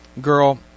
girl